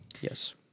Yes